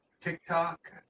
TikTok